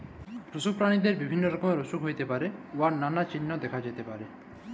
পশু পেরালিদের বিভিল্য রকমের অসুখ হ্যইতে পারে উয়ার লালা চিল্হ দ্যাখা যাতে পারে